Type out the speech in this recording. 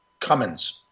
Cummins